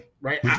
right